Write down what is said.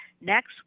next